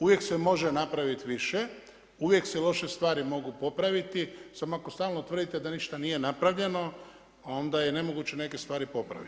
Uvijek se može napraviti više, uvijek se loše stvari mogu popraviti, samo ako stalno tvrdite da ništa nije napravljeno, onda je nemoguće neke stvari popraviti.